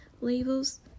labels